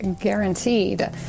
guaranteed